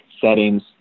settings